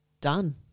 done